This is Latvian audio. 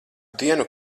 dienu